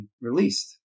released